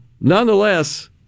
nonetheless